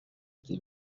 était